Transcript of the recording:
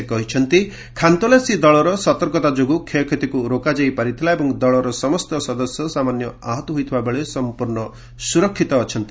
ସେ କହିଛନ୍ତି ଖାନ୍ତଲାସୀ ଦଳର ସତର୍କତା ଯୋଗୁଁ କ୍ଷୟକ୍ଷତିକୁ ରୋକାଯାଇ ପାରିଥିଲା ଏବଂ ଦଳର ସମସ୍ତ ସଦସ୍ୟ ସାମାନ୍ୟ ଆହତ ହୋଇଥିବା ବେଳେ ସଂପର୍ଶ୍ଣ ସୁରକ୍ଷିତ ଅଛନ୍ତି